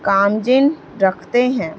کام جن رکھتے ہیں